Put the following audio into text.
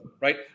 Right